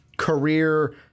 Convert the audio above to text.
career